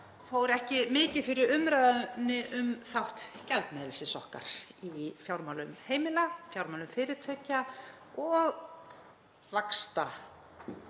fór ekki mikið fyrir umræðunni um þátt gjaldmiðilsins okkar í fjármálum heimila, fjármálum fyrirtækja og